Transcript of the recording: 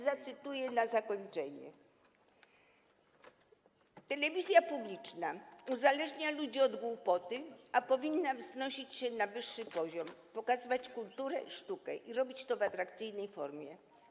Zacytuję coś na zakończenie: Telewizja publiczna uzależnia ludzi od głupoty, a powinna wznosić się na wyższy poziom, pokazywać kulturę i sztukę, robić to w atrakcyjnej formie.